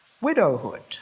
Widowhood